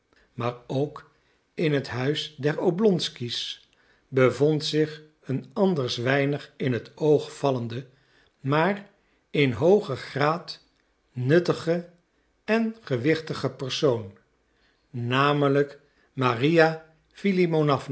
maar ook in het huis der oblonsky's bevond zich een anders weinig in het oog vallende maar in hoogen graad nuttige en gewichtige persoon namelijk maria